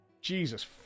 Jesus